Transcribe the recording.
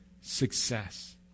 success